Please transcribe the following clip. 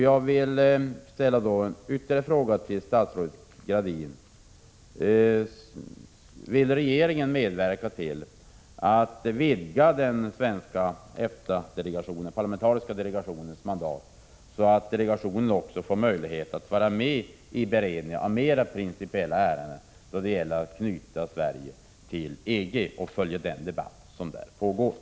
Jag vill därför ställa ytterligare en fråga till statsrådet Gradin: Vill regeringen medverka till att vidga den parlamentariska EFTA-delegationens mandat, så att delegationen också får möjlighet att vara med vid beredningen av mer principiella ärenden då det gäller att knyta Sverige till EG och följa den debatt som pågår om detta?